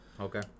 Okay